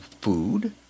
food